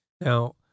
Now